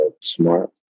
smart